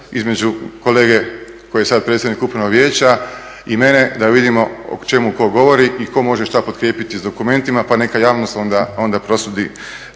između kolege koji je sad predsjednik Upravnog vijeća i mene, da vidimo o čemu tko govori i tko može što potkrijepiti s dokumentima pa neka javnost onda prosudi,